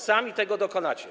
Sami tego dokonacie.